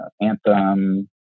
Anthem